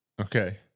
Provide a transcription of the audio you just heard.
Okay